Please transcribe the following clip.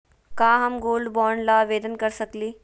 का हम gold bond ल आवेदन कर सकली?